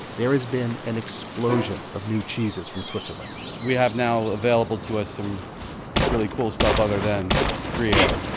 there has been an explosion of new cheeses from switzerland we have now available to us some really cool stuff other than gruyere